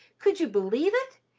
could you believe it?